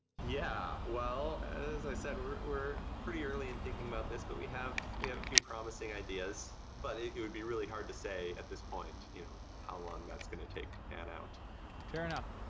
yeah. well, as i said, we're we're pretty early in thinking about this, but we have we few promising ideas, but it would be really hard to say at this point you know how long that's going to take to pan out fair enough.